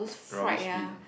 rubbish bin